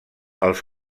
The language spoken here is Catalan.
els